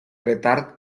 retard